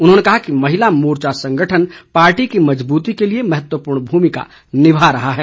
उन्होंने बताया कि महिला मोर्चा संगठन पार्टी की मजबूती के लिए महत्वपूर्ण भूमिका निभा रहा है